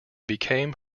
became